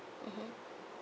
mmhmm